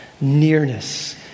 nearness